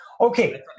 Okay